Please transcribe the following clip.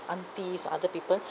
aunties or other people